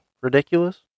ridiculous